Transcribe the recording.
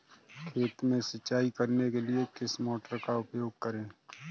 खेत में सिंचाई करने के लिए किस मोटर का उपयोग करें?